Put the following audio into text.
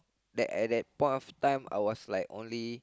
at that point of time I was like only